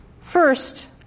First